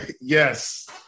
Yes